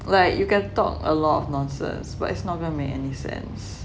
like you can talk a lot of nonsense but it's not gonna make any sense